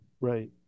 right